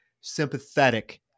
sympathetic